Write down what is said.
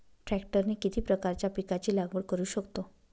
ट्रॅक्टरने किती प्रकारच्या पिकाची लागवड करु शकतो?